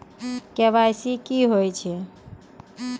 KYC की होय छै?